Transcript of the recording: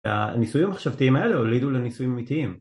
הניסויים המחשבתיים האלה הולידו לניסויים אמיתיים